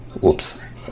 Whoops